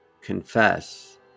confess